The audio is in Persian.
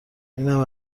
اینم